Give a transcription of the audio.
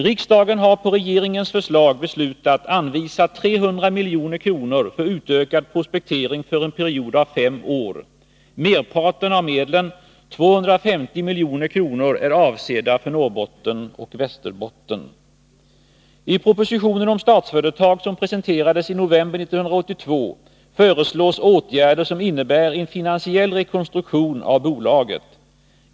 Riksdagen har på regeringens förslag beslutat anvisa 300 milj.kr. för utökad prospektering för en period av fem år. Merparten av medlen, 250 milj.kr., är avsedda för Norrbotten och Västerbotten. I propositionen om Statsföretag, som presenterades i november 1982, föreslås åtgärder som innebär en finansiell rekonstruktion av bolaget.